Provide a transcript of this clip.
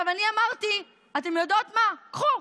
בושה, בושה, בושה.